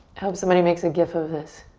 hope somebody makes a gif of this.